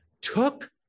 took